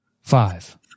Five